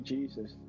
Jesus